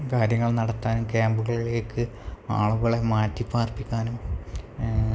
കാര്യങ്ങൾ നടത്താനും ക്യാമ്പുകളിലേക്ക് ആളുകളെ മാറ്റി പാർപ്പിക്കാനും